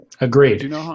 Agreed